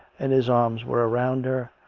and his arms were round her,